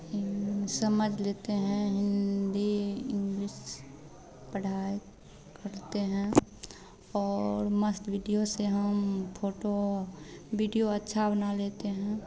इम समझ लेते हैं हिन्दी इंग्लिस पढ़ाई करते हैं और मस्त विडियो से हम फोटो बिडियो अच्छा बना लेते हैं